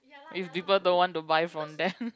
if people don't want to buy from them